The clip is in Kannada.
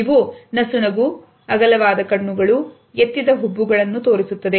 ಇವು ನಸುನಗು ಅಗಲವಾದ ಕಣ್ಣುಗಳು ಎತ್ತಿದ ಹುಬ್ಬುಗಳನ್ನು ತೋರಿಸುತ್ತದೆ